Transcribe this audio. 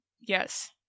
Yes